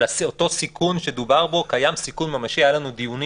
על אותו סיכון שדובר בו קיים סיכון ממשי היו לנו דיונים